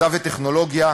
מדע וטכנולוגיה,